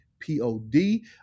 p-o-d